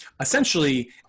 essentially